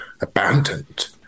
abandoned